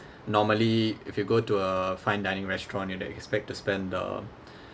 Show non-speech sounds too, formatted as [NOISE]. normally if you go to a fine dining restaurant you'd have expect to spend uh [BREATH]